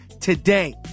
today